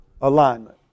alignment